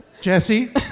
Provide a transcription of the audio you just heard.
Jesse